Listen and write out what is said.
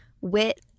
wit